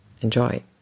Enjoy